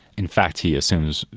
in fact, he assumes,